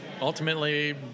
ultimately